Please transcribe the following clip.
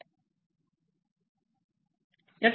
याठिकाणी 99